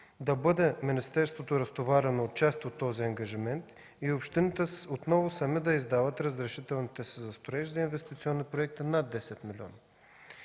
да бъде разтоварено част от този ангажимент и общините отново сами да вадят разрешителните си за строеж за инвестиционни проекти над 10